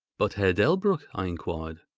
but herr delbruck i enquired,